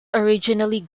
originally